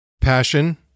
Passion